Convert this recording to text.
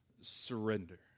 surrender